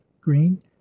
green